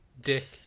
Dick